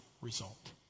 result